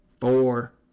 four